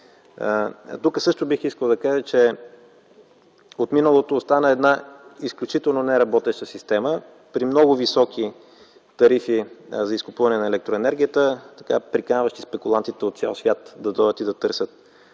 Тук бих искал да кажа, че от миналото остана една изключително неработеща система – при много високи тарифи за изкупуване на електроенергията, която приканваше спекулантите от цял свят да дойдат и да търсят